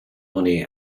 money